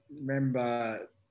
remember